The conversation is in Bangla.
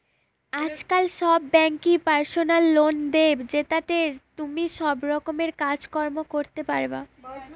আজকাল সব বেঙ্কই পার্সোনাল লোন দে, জেতাতে তুমি সব রকমের কাজ কর্ম করতে পারবা